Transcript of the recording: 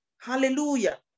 hallelujah